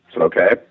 okay